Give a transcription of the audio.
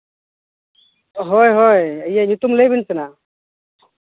ᱦᱚᱭ ᱦᱳᱭ ᱧᱩᱛᱩᱢ ᱞᱟᱹᱭ ᱵᱤᱱ ᱥᱮ ᱦᱟᱸᱜ